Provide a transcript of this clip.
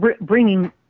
bringing